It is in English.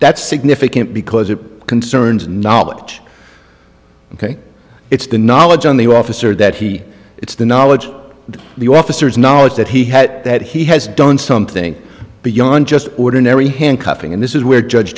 that's significant because it concerns knowledge ok it's the knowledge on the officer that he it's the knowledge that the officers knowledge that he had that he has done something beyond just ordinary handcuffing and this is where judge